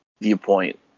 viewpoint